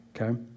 okay